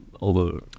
over